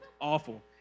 awful